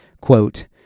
quote